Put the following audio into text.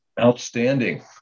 Outstanding